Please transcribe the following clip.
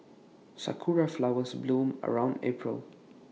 Sakura Flowers bloom around April